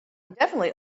definitely